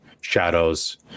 shadows